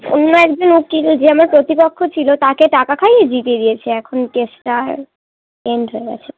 অন্য একজন উকিল যে আমার প্রতিপক্ষ ছিল তাকে টাকা খাইয়ে জিতিয়ে দিয়েছে এখন কেসটা আর এন্ড হয়ে গিয়েছে